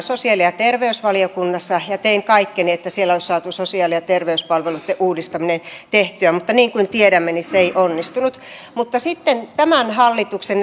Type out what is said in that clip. sosiaali ja terveysvaliokunnassa ja tein kaikkeni että siellä olisi saatu sosiaali ja terveyspalveluitten uudistaminen tehtyä mutta niin kuin tiedämme se ei onnistunut mutta sitten tämän hallituksen